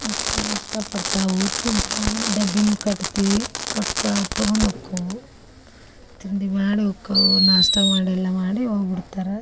ಮಕ್ಳಿಗ ಇಷ್ಟಪಡ್ತಾವು ತಿಂತಾವು ಡಬ್ಬಿನು ಕಟ್ತೀವಿ ಕಟ್ಕಳ ತಗೊಂದ ಹೋಕ್ಕಾವು ತಿಂಡಿ ಮಾಡಿ ಹೋಕ್ಕಾವು ನಾಷ್ಟ ಮಾಡೆಲ್ಲ ಮಾಡಿ ಹೋಗ್ಬುಡ್ತಾರ